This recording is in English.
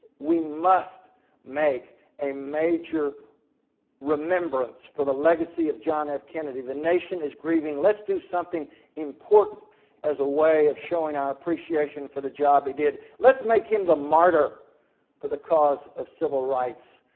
we must make a major remembrance for the legacy of john f. kennedy. the nation is grieving, let's do something important as a way of showing our appreciation for the job he did. let's make him the martyr for the cause of civil rights.